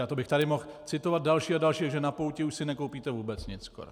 A to bych tady mohl citovat další a další, protože na pouti už si nekoupíte vůbec nic skoro.